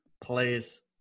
plays